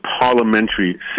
parliamentary